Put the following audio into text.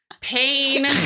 pain